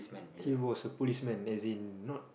he was a policeman as in not